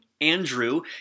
Andrew